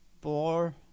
four